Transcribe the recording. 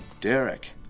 Derek